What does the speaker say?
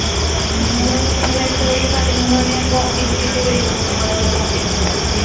നിങ്ങൾ തിങ്കളാഴ്ച്ച ഒരു പതിനൊന്ന് മണിയാകുമ്പോൾ ഓഫീസിലേക്ക് വരുമോ നമ്മൾ എല്ലാം പറഞ്ഞ് തരാം അപ്പോൾ